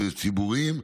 ציבוריים,